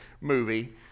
movie